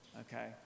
Okay